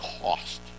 cost